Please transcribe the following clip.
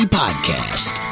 podcast